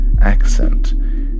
accent